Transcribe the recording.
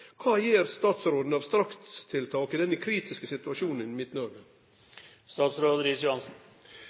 Kva gjer statsråden av strakstiltak i denne kritiske situasjonen